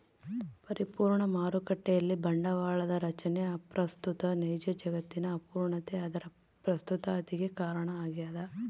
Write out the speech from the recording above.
ಪರಿಪೂರ್ಣ ಮಾರುಕಟ್ಟೆಯಲ್ಲಿ ಬಂಡವಾಳದ ರಚನೆ ಅಪ್ರಸ್ತುತ ನೈಜ ಜಗತ್ತಿನ ಅಪೂರ್ಣತೆ ಅದರ ಪ್ರಸ್ತುತತಿಗೆ ಕಾರಣ ಆಗ್ಯದ